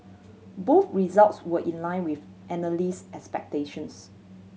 both results were in line with analyst expectations